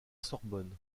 sorbonne